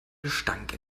gestank